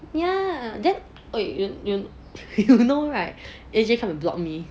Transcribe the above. ya then !oi! you you know right A_J come and block me